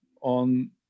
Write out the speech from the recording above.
on